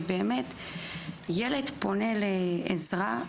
להוסיף שכשילד פונה לעזרה,